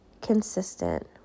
consistent